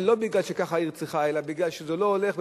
לא מפני שכך העיר צריכה אלא מפני שזה לא הולך,